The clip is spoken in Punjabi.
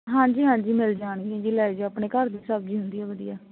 ਹਾਂਜੀ ਹਾਂਜੀ ਮਿਲ ਜਾਣਗੀਆਂ ਜੀ ਲੈ ਜਿਓ ਆਪਣੇ ਘਰ ਦੀ ਸਬਜ਼ੀ ਹੁੰਦੀ ਆ ਵਧੀਆ